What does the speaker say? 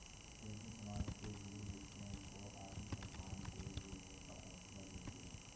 pension समाज के बुजुर्ग व्यक्तियों को आत्मसम्मान से जीने का हौसला देती है